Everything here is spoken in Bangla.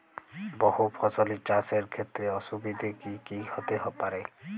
বহু ফসলী চাষ এর ক্ষেত্রে অসুবিধে কী কী হতে পারে?